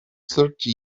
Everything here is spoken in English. thirty